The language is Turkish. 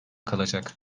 kalacak